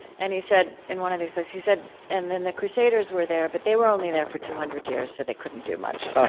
and he said in one of these places, he said, and then the crusaders were there, but they were only there for two hundred years, so they couldn't do much.